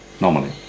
normally